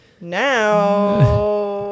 now